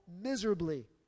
miserably